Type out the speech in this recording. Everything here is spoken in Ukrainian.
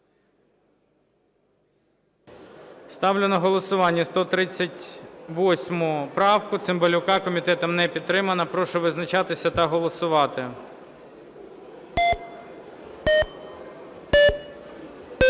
Ставлю на голосування 138 правку Цимбалюка. Комітетом не підтримана. Прошу визначатися та голосувати.